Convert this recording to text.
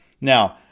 Now